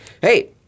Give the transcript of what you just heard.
Hey